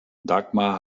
dagmar